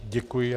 Děkuji.